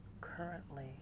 currently